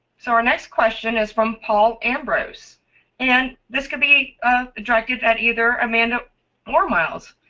so our next question is from paul ambrose and this could be directed at either amanda or miles,